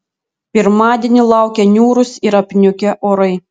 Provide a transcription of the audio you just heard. pirmadienį laukia niūrūs ir apniukę orai